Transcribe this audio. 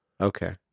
Okay